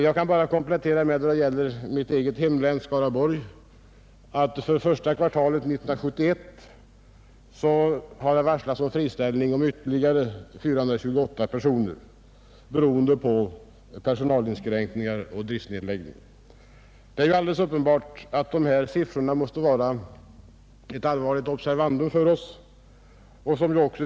Jag kan bara komplettera att vad gäller mitt eget hemlän, Skaraborgs län, har för första kvartalet 1971 varslats om friställning av ytterligare 428 personer beroende på personalinskränkningar och driftsnedläggningar. Det är alldeles uppenbart att dessa siffror måste vara ett allvarligt observandum för oss.